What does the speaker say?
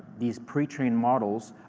these pre-trained models.